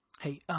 Hey